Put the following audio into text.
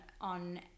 on